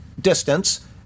distance